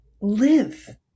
live